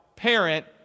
parent